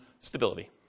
stability